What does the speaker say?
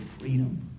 freedom